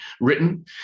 written